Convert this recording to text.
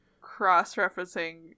cross-referencing